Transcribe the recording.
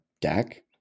deck